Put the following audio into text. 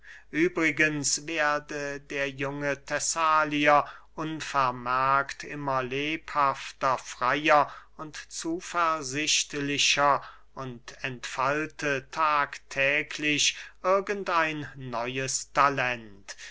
übrigens werde der junge thessalier unvermerkt immer lebhafter freyer und zuversichtlicher und entfalte tagtäglich irgend ein neues talent